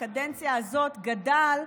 שבקדנציה הזאת גדל,